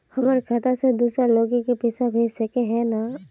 हमर खाता से दूसरा लोग के पैसा भेज सके है ने?